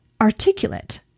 articulate